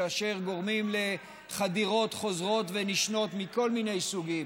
אשר גורמים לחדירות חוזרות ונשנות מכל מיני סוגים,